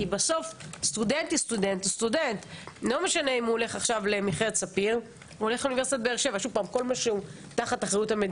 וזה מה שעשה פה